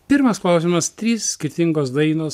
pirmas klausimas trys skirtingos dainos